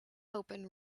open